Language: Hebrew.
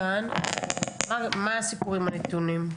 מה הסיפור עם הנתונים?